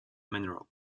mineral